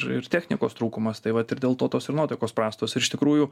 ir technikos trūkumas tai vat ir dėl to tos ir nuotaikos prastos ir iš tikrųjų